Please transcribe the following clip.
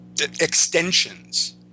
extensions